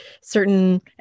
certain